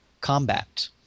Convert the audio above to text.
combat